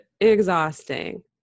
exhausting